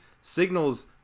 signals